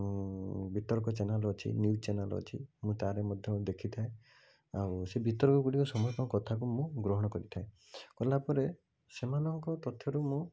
ଉଁ ବିତର୍କ ଚେନେଲ ଅଛି ନ୍ୟୁଜ ଚେନେଲ ଅଛି ମୁଁ ତାର ମଧ୍ୟ ଦେଖିଥାଏ ଆଉ ସେ ବିତର୍କଗୁଡ଼ିକ ସମସ୍ତଙ୍କ କଥାକୁ ମୁଁ ଗ୍ରହଣ କରିଥାଏ କଲାପରେ ସେମାନଙ୍କ ତଥ୍ୟରୁ ମୁଁ